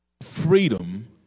freedom